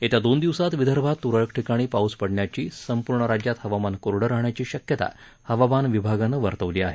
येत्या दोन दिवसात विदर्भात तुरळक ठिकाणी पाऊस पडण्याची संपूर्ण राज्यात हवामान कोरडं राहण्याची शक्यता हवामान विभागानं केली आहे